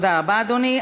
תודה רבה, אדוני.